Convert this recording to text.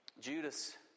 Judas